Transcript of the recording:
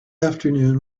afternoon